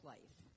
Life